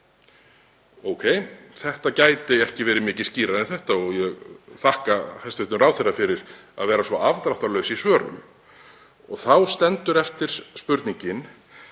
Ókei, þetta gæti ekki verið mikið skýrara en þetta og ég þakka hæstv. ráðherra fyrir að vera svo afdráttarlaus í svörunum. Þá stendur eftir spurningin: